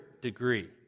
degree